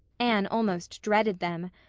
anne almost dreaded them.